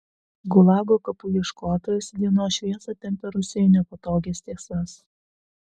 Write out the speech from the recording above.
gulago kapų ieškotojas į dienos šviesą tempia rusijai nepatogias tiesas